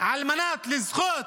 על מנת לזכות